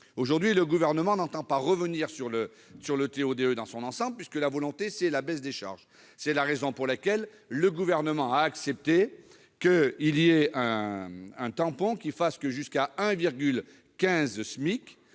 Aujourd'hui, le Gouvernement n'entend pas revenir sur le TO-DE dans son ensemble, puisque la volonté est de baisser les charges. C'est la raison pour laquelle le Gouvernement a accepté un « tampon », qui assure une